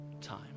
time